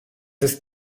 ist